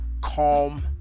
calm